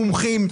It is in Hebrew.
מומחים,